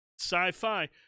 sci-fi